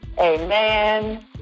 Amen